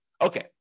Okay